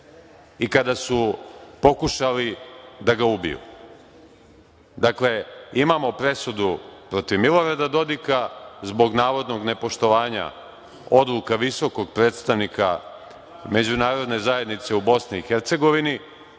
i kada su pokušali da ga ubiju. Dakle, imamo presudu protiv Milorada Dodika zbog navodnog nepoštovanja odluka Visokog predstavnika Međunarodne zajednice u Bosni